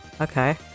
Okay